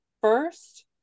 first